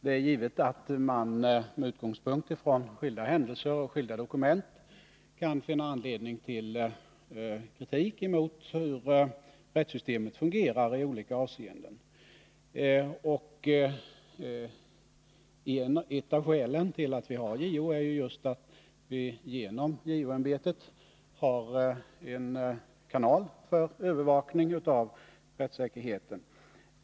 Det är givet att man med utgångspunkt från skilda händelser och skilda dokument kan finna anledning till kritik mot hur rättssystemet fungerar i olika avseenden. Och ett av skälen till att vi har JO är just att vi genom JO-ämbetet har en kanal för övervakning av rättssäkerheten.